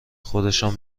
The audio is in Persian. خودشان